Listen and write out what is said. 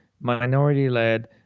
minority-led